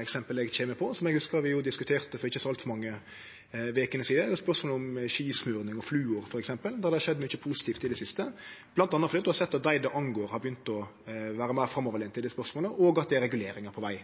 eksempel som eg kjem på, som eg hugsar vi diskutererte for ikkje så altfor mange vekene sidan, er spørsmålet om skismurning og fluor. Der har det skjedd mykje positivt i det siste, bl.a. fordi ein har sett at dei det gjeld, har begynt å vere meir framoverlente i det spørsmålet, og at det er reguleringar på veg.